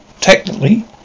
technically